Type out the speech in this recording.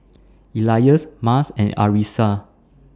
Elyas Mas and Arissa